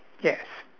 yes